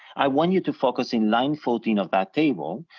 i want you to focus in line fourteen of that table.